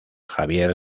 javier